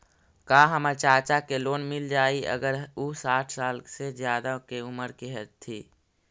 का हमर चाचा के लोन मिल जाई अगर उ साठ साल से ज्यादा के उमर के हथी?